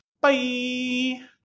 Bye